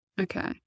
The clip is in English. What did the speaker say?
Okay